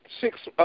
six